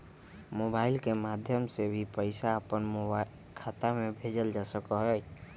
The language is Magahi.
मोबाइल के माध्यम से भी पैसा के अपन खाता में भेजल जा सका हई